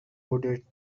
loaded